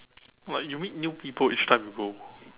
like you meet new people each time you go